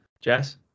jess